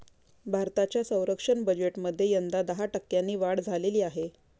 भारताच्या संरक्षण बजेटमध्ये यंदा दहा टक्क्यांनी वाढ झालेली आहे